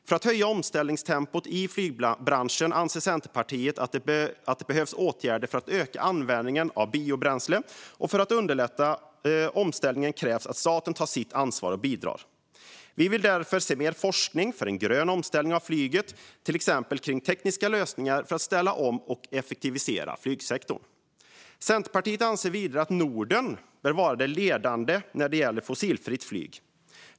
För att höja omställningstempot i flygbranschen anser Centerpartiet att det behövs åtgärder för att öka användningen av biobränsle, och för att underlätta den omställningen krävs att staten tar sitt ansvar och bidrar. Vi vill därför se mer forskning för en grön omställning av flyget, till exempel kring tekniska lösningar för att ställa om och effektivisera flygsektorn. Centerpartiet anser vidare att Norden bör vara ledande när det gäller fossilfritt flyg.